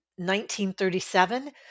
1937